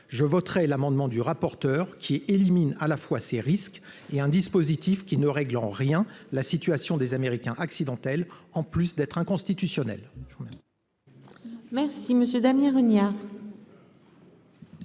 Je voterai l'amendement du rapporteur général, qui élimine à la fois ces risques et un dispositif qui ne réglera en rien la situation des Américains accidentels, en plus d'être inconstitutionnel.